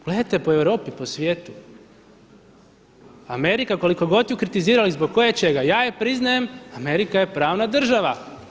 Pogledajte po Europi, po svijetu, Amerika koliko god ju kritizirali zbog koječega, ja joj priznajem Amerika je pravna država.